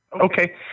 Okay